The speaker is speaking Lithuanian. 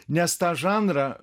nes tą žanrą